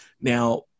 Now